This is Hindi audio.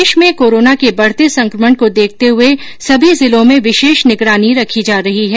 प्रदेश में कोरोना के बढ़ते संक्रमण को देखते हुए सभी जिलों में विशेष निगरानी रखी जा रही है